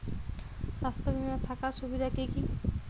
স্বাস্থ্য বিমা থাকার সুবিধা কী কী?